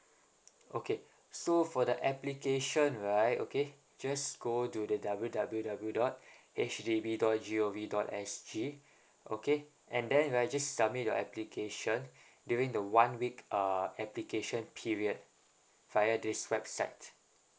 okay so for the application right okay just go to theW W W dot H D B dot G O V dot S G okay and then right just submit your application during the one week uh application period via this website